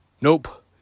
Nope